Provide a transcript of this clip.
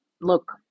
look